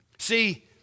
See